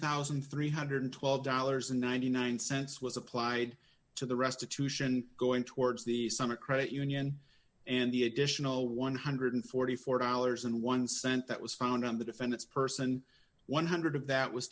thousand three hundred and twelve dollars ninety nine cents was applied to the restitution going towards the summer credit union and the additional one hundred and forty four dollars and one cent that was found on the defendants person one hundred dollars of that was